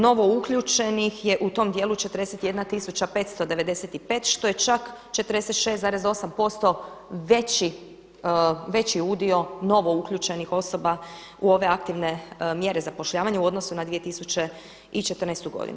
Novo uključenih je u tom dijelu 41595 što je čak 46,8% veći udio novo uključenih osoba u ove aktivne mjere zapošljavanja u odnosu na 2014. godinu.